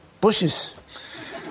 bushes